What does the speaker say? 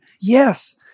Yes